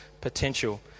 potential